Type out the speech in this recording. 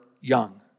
young